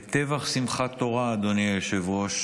את טבח שמחת תורה, אדוני היושב-ראש,